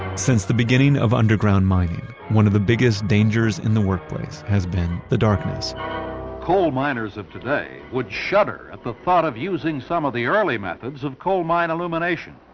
since the beginning of underground mining, one of the biggest dangers in the workplace has been the darkness coal miners of today would shudder at the thought of using some of the early methods of coal mine illumination.